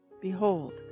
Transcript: Behold